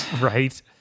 right